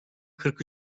kırk